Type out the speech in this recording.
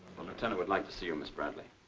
the lieutenant would like to see you, miss bradley.